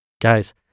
Guys